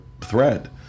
thread